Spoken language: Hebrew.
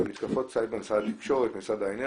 מתקפות סייבר, משרד התקשורת,